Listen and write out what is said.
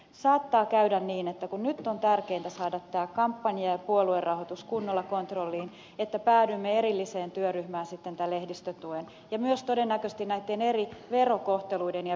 saattaa käydä niin että kun nyt on tärkeintä saada kampanja ja puoluerahoitus kunnolla kontrolliin päädymme erilliseen työryhmään tämän lehdistötuen ja myös todennäköisesti eri verokohteluiden ja veroseuraamusten osalta